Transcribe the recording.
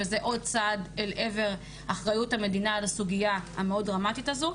וזה עוד צעד לעבר אחריות המדינה על הסוגיה המאוד דרמטית הזאת.